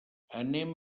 anem